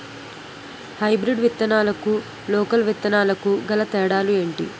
Hybrid విత్తనాలకు local విత్తనాలకు గల తేడాలు ఏంటి?